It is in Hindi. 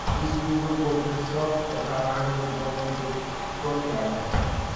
स्यूडो वुड में सॉफ्ट तथा हार्डवुड दोनों के गुण पाए जाते हैं